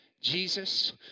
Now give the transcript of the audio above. Jesus